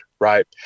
Right